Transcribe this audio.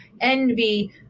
envy